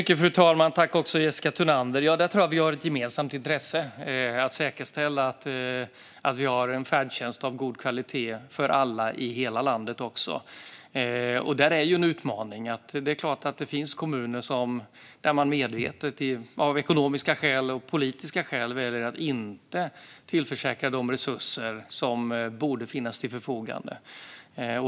Fru talman! Tack, Jessica Thunander! Jag tror att vi har ett gemensamt intresse av att säkerställa att vi har en färdtjänst av god kvalitet för alla i hela landet. Det är en utmaning, för det är klart att det finns kommuner där man medvetet av ekonomiska och politiska skäl väljer att inte ställa de resurser som borde finnas till förfogande.